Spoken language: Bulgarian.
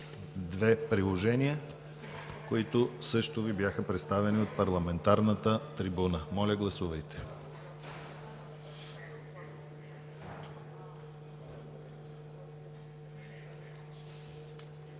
две приложения, които също Ви бяха представени от парламентарната трибуна. Гласували